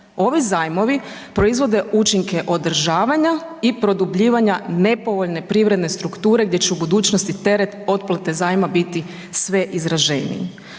Ovi zajmovi proizvode učinke održavanja i produbljivanja nepovoljne privredne strukture gdje će u budućnosti teret otplate zajma biti sve izraženiji.